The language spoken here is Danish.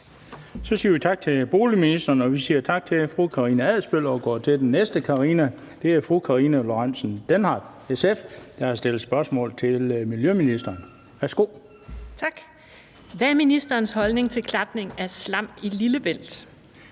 Så siger vi tak til boligministeren, og vi siger tak til fru Karina Adsbøl. Vi går til den næste Karina, og det er fru Karina Lorentzen Dehnhardt, SF, der har stillet spørgsmål til miljøministeren. Kl. 16:00 Spm. nr. S 1416 27) Til miljøministeren